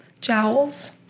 jowls